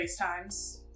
FaceTimes